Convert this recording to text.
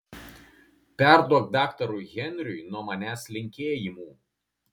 perduok daktarui henriui nuo manęs linkėjimų